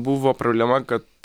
buvo problema kad